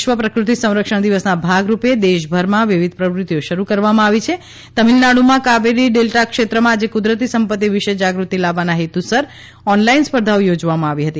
વિશ્વ પ્રકૃતિ સંરક્ષણ દિવસના ભાગ રૂપે દેશભરમાં વિવિધ પ્રવૃત્તિઓ શરૂ કરવામાં આવી છે તમિળનાડુમાં કાવેરી ડેલ્ટા ક્ષેત્રમાં આજે કુદરતી સંપત્તિ વિશે જાગૃતિ લાવવાના હેતુસર ઓનલાઇન સ્પર્ધાઓ યોજવામાં આવી હતી